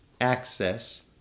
access